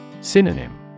Synonym